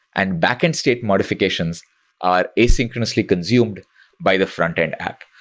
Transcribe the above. and backend state modifications are asynchronously consumed by the frontend app.